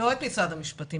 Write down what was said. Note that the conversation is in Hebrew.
לא את משרד המשפטים.